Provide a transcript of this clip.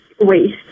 waste